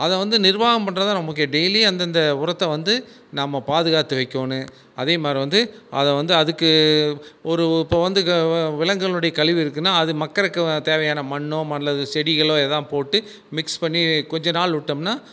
அதை வந்து நிர்வாகம் பண்ணுறதுதான் நமக்கு டெய்லி அந்தந்த உரத்தை வந்து நம்ம பாதுகாத்து வைக்கணும் அதேமாதிரி வந்து அதை வந்து அதுக்கு ஒரு இப்போது வந்து விலங்குகளோடய கழிவு இருக்குனால் அது மக்கறதுக்கு தேவையான மண்ணோ அல்லது செடிகளோ எதா போட்டு மிக்ஸ் பண்ணி கொஞ்சம் நாள் விட்டோம்னா